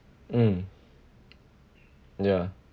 mm ya